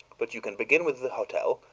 but you can begin with the hotel,